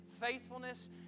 Faithfulness